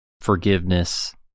Forgiveness